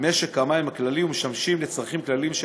משק המים הכללי ומשמשים לצרכים כלליים של